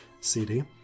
CD